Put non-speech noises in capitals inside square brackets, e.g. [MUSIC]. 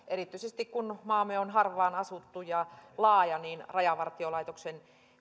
[UNINTELLIGIBLE] erityisesti kun maamme on harvaan asuttu ja laaja rajavartiolaitoksen